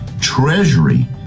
Treasury